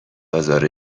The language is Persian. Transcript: آزار